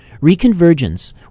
Reconvergence